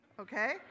okay